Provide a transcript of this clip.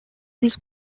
this